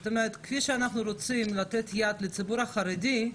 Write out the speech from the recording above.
זאת אומרת כפי שאנחנו רוצים לתת יד לציבור החרדי,